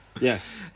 Yes